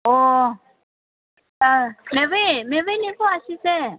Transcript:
ꯑꯣ ꯑꯥ ꯅꯦꯕꯤ ꯅꯦꯕꯤꯅꯤꯀꯣ ꯑꯁꯤꯁꯦ